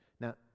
Now